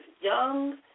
young